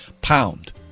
pound